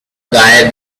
guy